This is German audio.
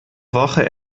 woche